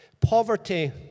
Poverty